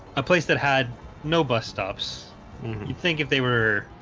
a place that had no bus stops you think if they were?